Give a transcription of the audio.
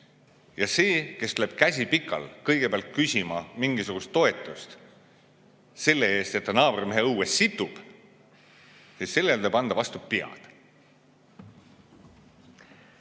Ja sellele, kes läheb, käsi pikal, kõigepealt küsima mingisugust toetust selle eest, et ta naabrimehe õues situb, tuleb anda vastu pead.